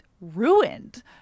ruined